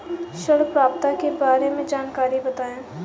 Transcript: ऋण पात्रता के बारे में जानकारी बताएँ?